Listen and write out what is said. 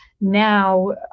Now